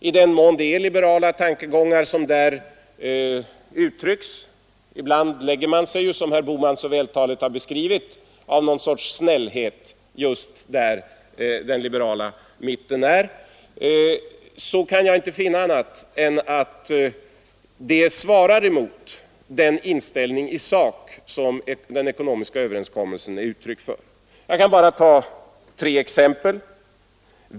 I den mån det är liberala tankegångar som där uttrycks — ibland lägger man sig ju, som herr Bohman så vältaligt har beskrivit, av någon sorts snällhet just där den liberala mitten är — så kan jag inte finna annat än att de svarar mot den inställning i sak som överenskommelsen är uttryck för. Jag skall ta bara tre exempel.